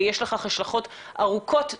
ויש לכך השלכות ארוכות טווח,